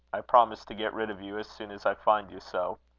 i promise to get rid of you as soon as i find you so.